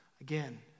Again